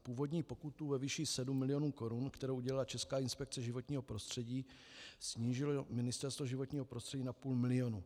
Původní pokutu ve výši 7 mil. korun, kterou udělila Česká inspekce životního prostředí, snížilo Ministerstvo životního prostředí na půl milionu.